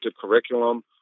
curriculum